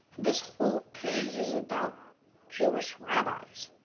this whole page is about jewish rabbis.